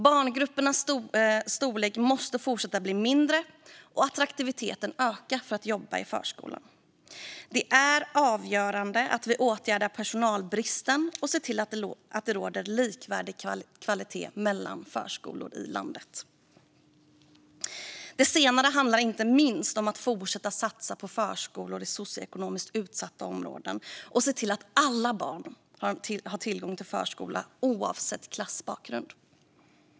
Barngrupperna måste fortsätta bli mindre, och attraktiviteten i att jobba i förskolan måste öka. Det är avgörande att vi åtgärdar personalbristen och ser till att det råder likvärdig kvalitet mellan förskolor i landet. Det senare handlar inte minst om att fortsätta satsa på förskolor i socioekonomiskt utsatta områden och se till att alla barn har tillgång till förskola, oavsett klassbakgrund.